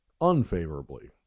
unfavorably